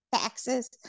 taxes